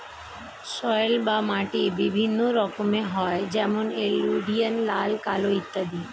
soil বা মাটি বিভিন্ন রকমের হয় যেমন এলুভিয়াল, লাল, কালো ইত্যাদি